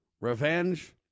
revenge